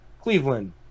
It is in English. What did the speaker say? Cleveland